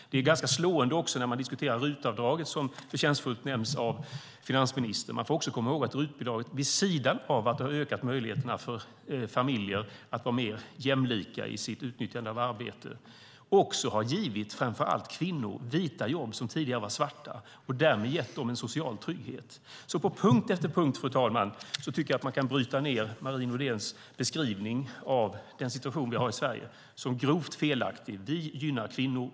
Det är också ganska slående, när man diskuterar RUT-avdraget, som så färdtjänstfullt nämndes av finansministern, att RUT-avdraget vid sidan av att det har ökat möjligheterna för familjer att vara mer jämlika i sitt utnyttjande av arbetet också har givit framför allt kvinnor vita jobb som tidigare var svarta och därmed har gett dem en social trygghet. På punkt efter punkt, fru talman, tycker jag att man kan bryta ned Marie Nordéns beskrivning av den situation som vi har i Sverige som grovt felaktig. Vi gynnar kvinnor.